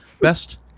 best